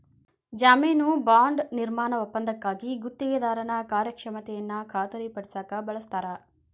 ಜಾಮೇನು ಬಾಂಡ್ ನಿರ್ಮಾಣ ಒಪ್ಪಂದಕ್ಕಾಗಿ ಗುತ್ತಿಗೆದಾರನ ಕಾರ್ಯಕ್ಷಮತೆಯನ್ನ ಖಾತರಿಪಡಸಕ ಬಳಸ್ತಾರ